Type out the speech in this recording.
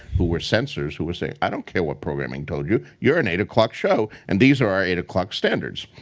who were censors who would say, i don't care what programming told you. you're an eight o'clock show. and these are our eight o'clock standards.